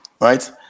right